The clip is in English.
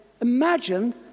imagine